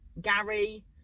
Gary